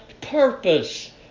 purpose